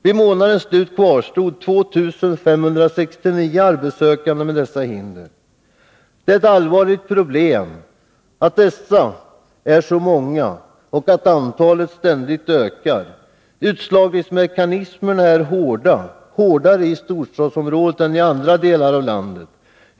Vid månadens slut kvarstod 2 569 arbetssökande med något arbetshinder av nämnda slag. Det är ett allvarligt problem att dessa människor är så många och att antalet handikappade ständigt ökar. Utslagningsmekanismerna är hårda, hårdare i storstadsområden än i andra delar av landet.